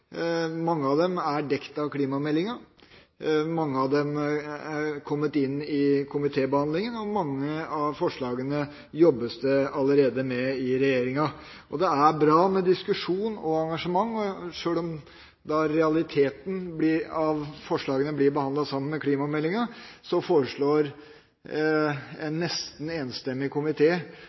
mange gode og konstruktive forslag. Mange av dem er dekket av klimameldinga, mange av dem er kommet inn i komitébehandlinga, og mange av forslagene jobbes det allerede med i regjeringa. Det er bra med diskusjon og engasjement, og sjøl om realiteten i forslagene blir behandlet sammen med klimameldinga, foreslår en nesten enstemmig